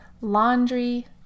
laundry